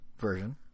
version